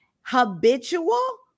habitual